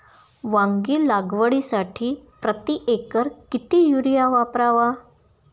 वांगी लागवडीसाठी प्रति एकर किती युरिया वापरावा?